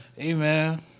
Amen